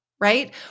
right